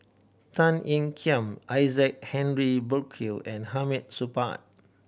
Tan Ean Kiam Isaac Henry Burkill and Hamid Supaat